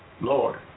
Lord